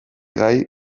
gai